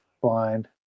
blind